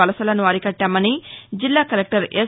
వలసలను అరికట్లాలని జిల్లా collector yes